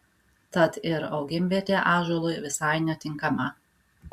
tad ir augimvietė ąžuolui visai netinkama